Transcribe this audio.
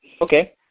Okay